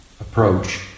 approach